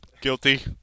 guilty